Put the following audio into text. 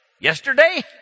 Yesterday